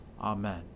Amen